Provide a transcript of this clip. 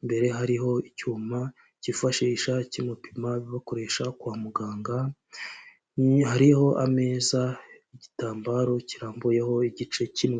imbere hariho icyuma cyifashisha kimupima, bakoresha kwa muganga, hariho ameza, igitambaro kirambuyeho igice kimwe.